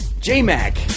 J-Mac